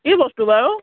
কি বস্তু বাৰু